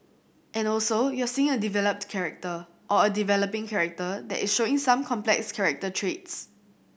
and also you're seeing a developed character or a developing character that is showing some complex character traits